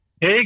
Hey